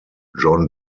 john